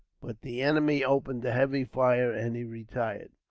but the enemy opened a heavy fire, and he retired.